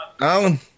Alan